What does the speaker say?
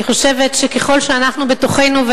אני חושבת שככל שאנחנו בתוכנו,